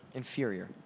inferior